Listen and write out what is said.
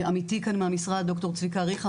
ועמיתי כאן מהמשרד ד"ר צביקה אריכא,